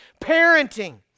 Parenting